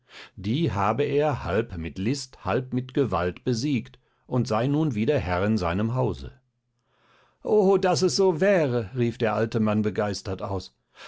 die habe er halb mit list halb mit gewalt besiegt und sei nun wieder herr in seinem hause o daß es so wäre rief der alte mann begeistert aus